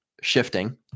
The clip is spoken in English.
shifting